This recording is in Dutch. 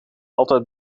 altijd